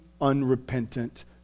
unrepentant